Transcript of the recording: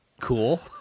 cool